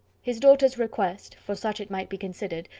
his daughter's request, for such it might be considered,